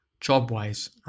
job-wise